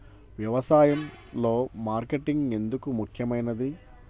వ్యసాయంలో మార్కెటింగ్ ఎందుకు ముఖ్యమైనది?